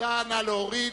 אלי אפללו,